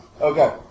Okay